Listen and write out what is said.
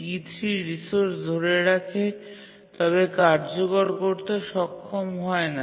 T3 resource ধরে রাখে তবে কার্যকর করতে সক্ষম হয় না